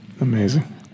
Amazing